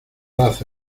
hace